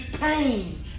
pain